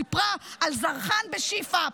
סיפרה על זרחן בשיפא,